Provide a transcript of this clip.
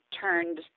turned